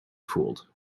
fooled